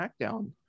SmackDown